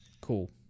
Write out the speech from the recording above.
Cool